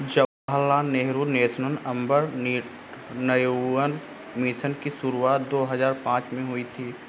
Jawaharlal Nehru National Urban Renewal Mission की शुरुआत दो हज़ार पांच में हुई थी